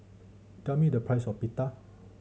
tell me the price of Pita